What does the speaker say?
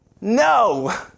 No